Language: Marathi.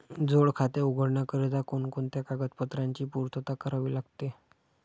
जोड खाते उघडण्याकरिता कोणकोणत्या कागदपत्रांची पूर्तता करावी लागते?